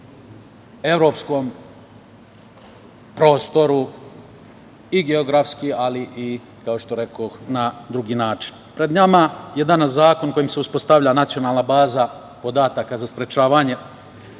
evropskom prostoru, i geografski, ali i kao što rekoh na drugi način. Pred nama je danas zakon kojim se uspostavlja danas nacionalna baza podataka za sprečavanje